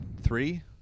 three